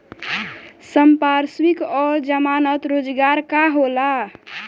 संपार्श्विक और जमानत रोजगार का होला?